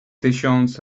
tysiąc